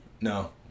No